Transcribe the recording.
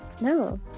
no